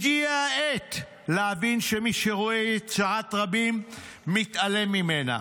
הגיעה העת להבין שמי שרואה את צרת הרבים ומתעלם ממנה".